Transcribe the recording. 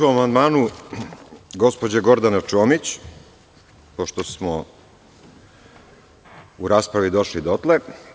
Ja ću o amandmanu gospođe Gordane Čomić, pošto smo u raspravi došli dotle.